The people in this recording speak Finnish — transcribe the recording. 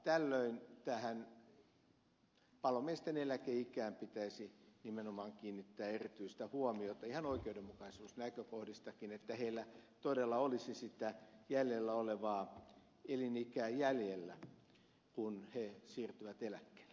tällöin tähän palomiesten eläkeikään pitäisi nimenomaan kiinnittää erityistä huomiota ihan oikeudenmukaisuusnäkökohdistakin että heillä todella olisi sitä jäljellä olevaa elinikää jäljellä kun he siirtyvät eläkkeelle